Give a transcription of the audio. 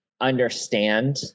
understand